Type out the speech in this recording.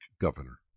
governor